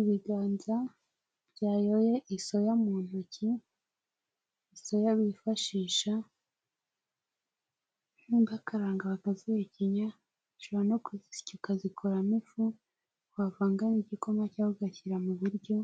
Ibiganza byayoye isoya mu ntoki isoya bifashisha bakaranga bakazihekenya, ushobora no kuzisya ukazikoramo ifu wavanga n'igikoma cyangwa ugashyira mu buryo,